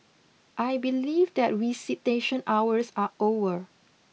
I believe that visitation hours are over